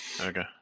Okay